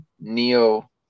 neo